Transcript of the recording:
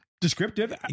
Descriptive